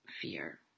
fear